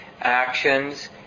actions